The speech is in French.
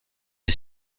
est